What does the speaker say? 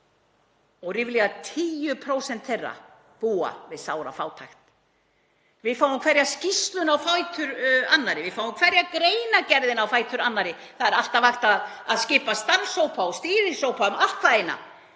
og ríflega 10% þeirra búa við sára fátækt. Við fáum hverja skýrsluna á fætur annarri, við fáum hverja greinargerðina á fætur annarri, það er alltaf hægt að skipa starfshópa og stýrihópa um allt hvað eina